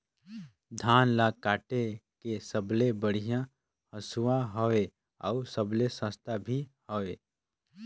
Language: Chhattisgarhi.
धान ल काटे के सबले बढ़िया हंसुवा हवये? अउ सबले सस्ता भी हवे?